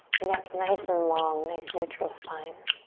neck nice and long, nice neutral spine.